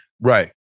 Right